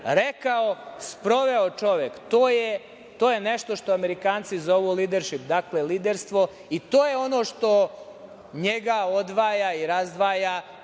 Rekao – sproveo čovek. To je nešto što Amerikanci zovu lideršip, dakle liderstvo, i to je ono što njega odvaja i razdvaja